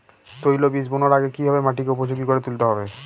তৈলবীজ বোনার আগে কিভাবে মাটিকে উপযোগী করে তুলতে হবে?